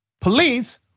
Police